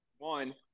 One